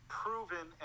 proven